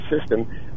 system